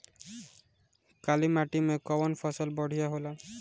काली माटी मै कवन फसल बढ़िया होला?